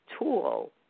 tool